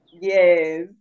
Yes